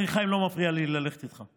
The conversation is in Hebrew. הוא אמר לי: חיים, לא מפריע לי ללכת איתך,